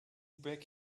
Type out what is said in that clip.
back